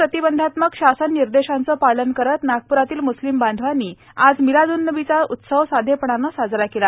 Covid प्रतिबंधात्मक शासन निर्देशांचे पालन करत नागपुरातील मुस्लिम बांधवांनी आज मिलादुल्नबीचा उत्सव साधेपणाने साजरा केला